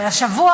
אבל השבוע,